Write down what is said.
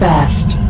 Best